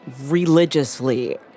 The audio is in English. religiously